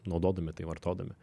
naudodami tai vartodami